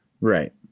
Right